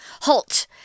Halt